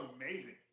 amazing